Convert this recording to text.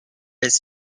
his